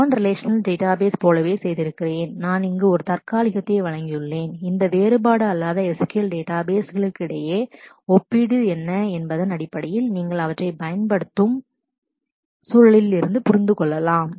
நான் relational database relational database போலவே செய்திருக்கிறேன் நான் இங்கு ஒரு தற்காலிகத்தை வழங்கியுள்ளேன் இந்த வேறுபாடு அல்லாத SQL database டேட்டாபேஸ் களுக்கிடையேயான ஒப்பீடு comparative study என்ன என்பதன் அடிப்படையில் நீங்கள் அவற்றைப் பயன்படுத்தும் சூழலில் இருந்து புரிந்து கொள்ளலாம்